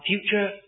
future